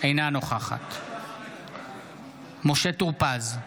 אינה נוכחת משה טור פז,